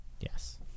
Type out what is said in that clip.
Yes